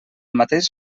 mateix